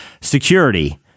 security